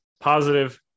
positive